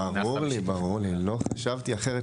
ברור לי, לא חשבתי אחרת